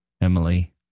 Emily